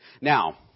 Now